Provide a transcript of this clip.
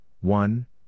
one